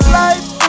life